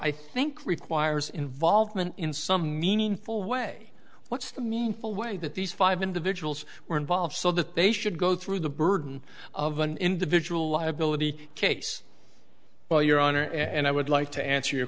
i think requires involvement in some meaningful way what's the meaningful way that these five individuals were involved so that they should go through the burden of an individual liability case well your honor and i would like to answer your